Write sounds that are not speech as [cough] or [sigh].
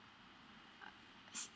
[noise]